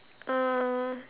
uh